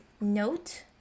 note